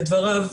לדבריו,